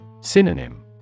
Synonym